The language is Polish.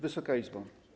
Wysoka Izbo!